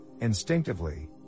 Instinctively